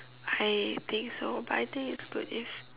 I think so but I think is good if